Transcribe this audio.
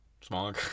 Smaller